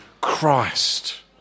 Christ